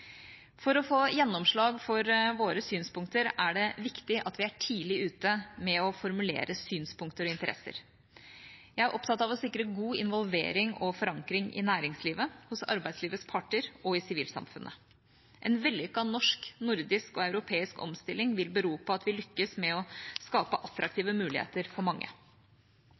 For å få gjennomslag for våre synspunkter er det viktig at vi er tidlig ute med å formulere synspunkter og interesser. Jeg er opptatt av å sikre god involvering og forankring i næringslivet, hos arbeidslivets parter og i sivilsamfunnet. En vellykket norsk, nordisk og europeisk omstilling vil bero på at vi lykkes med å skape attraktive muligheter for mange.